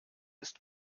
ist